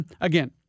again